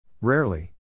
Rarely